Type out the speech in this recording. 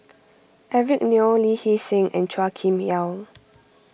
Eric Neo Lee Hee Seng and Chua Kim Yeow